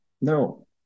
no